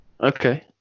okay